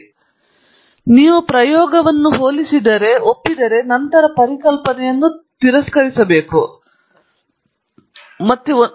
ನೀವು ಮೂರರಲ್ಲಿ ಎರಡು ಭಾಗದಷ್ಟು ಜೀವನವನ್ನು ನಿವಾರಿಸುತ್ತದೆ ಎಂದು ಅರ್ಥ ಮಾಡಿಕೊಳ್ಳಬೇಕು ಏಕೆಂದರೆ ಜೀವನದಲ್ಲಿ ಬಹಳಷ್ಟು ಸಂಗತಿಗಳು ಪರೀಕ್ಷಿಸಬಹುದಾದ ಪರಿಣಾಮಗಳನ್ನು ಹೊಂದಿಲ್ಲ